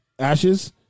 Ashes